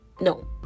No